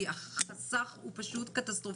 כי החוסר בזה הוא פשוט קטסטרופלי.